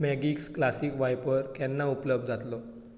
मॅगिक्स classic wiper केन्ना उपलब्ध जातलो